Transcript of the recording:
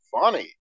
funny